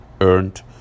earned